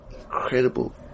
incredible